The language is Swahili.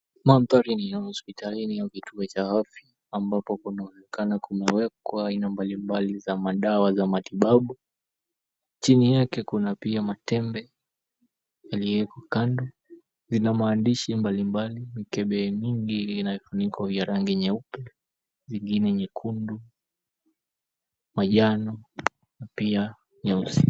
Mandhari ni ya hospitalini au kituo cha afya ambapo kunaonekana kumewekwa aina mbalimbali za madawa za matibabu. Chini yake kuna pia matembe yaliyowekwa kando zina maandishi mbalimbali mikebe yenyewe ina vifuniko vya rangi nyeupe na vingine nyekundu, manjano pia nyeusi.